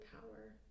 power